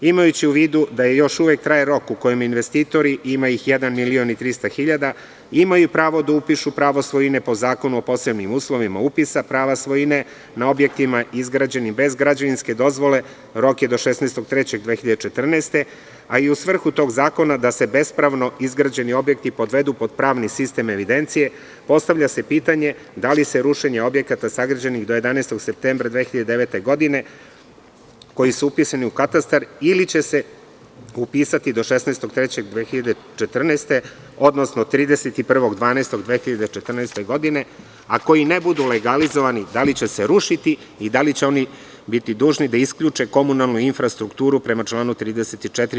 Imajući u vidu da još uvek traje rok u kojem investitori, a ima ih 1.300.000, imaju pravo da upišu pravo svojine po Zakonu o posebnim uslovima prava svojine na objektima izgrađenim bez građevinske dozvole, rok je do 16. marta 2014. godine, a i u svrhu tog zakona da se bespravno izgrađeni objekti podvedu pod pravni sistem evidencije, postavlja se pitanje da li se rušenje objekata sagrađenih do 11. septembra 2009. godine, koji su upisan u katastar ili će se upisati do 16. marta 2014. godine, odnosno 31. decembra 2014. godine, a koji ne budu legalizovani, da li će se rušiti i da li će oni biti dužni da isključe komunalnu infrastrukturu prema članu 34.